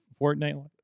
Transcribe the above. Fortnite